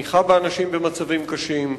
תמיכה באנשים במצבים קשים,